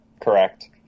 Correct